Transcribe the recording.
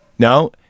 No